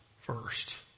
first